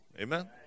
Amen